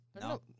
No